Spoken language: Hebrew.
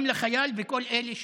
גם לחייל ולכל אלה ששתקו.